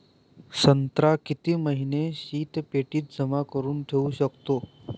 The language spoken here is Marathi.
संत्रा किती महिने शीतपेटीत जमा करुन ठेऊ शकतो?